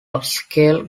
upscale